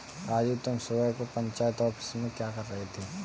राजू तुम सुबह को पंचायत ऑफिस में क्या कर रहे थे?